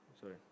Sorry